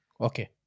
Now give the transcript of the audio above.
okay